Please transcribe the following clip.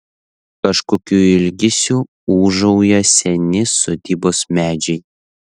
kažkokiu ilgesiu ūžauja seni sodybos medžiai